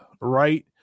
right